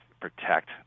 protect